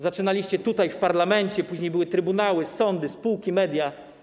Zaczynaliście tutaj, w parlamencie, później były trybunały, sądy, spółki, media.